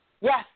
Yes